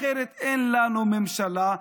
אחרת אין לנו ממשלה,